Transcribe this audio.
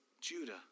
Judah